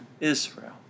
Israel